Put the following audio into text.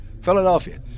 Philadelphia